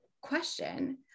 question